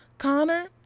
Connor